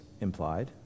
implied